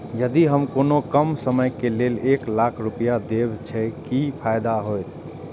यदि हम कोनो कम समय के लेल एक लाख रुपए देब छै कि फायदा होयत?